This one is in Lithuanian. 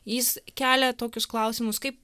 jis kelia tokius klausimus kaip